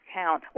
count